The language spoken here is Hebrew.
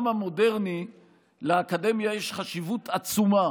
המודרני לאקדמיה יש חשיבות עצומה,